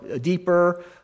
deeper